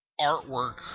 artwork